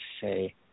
say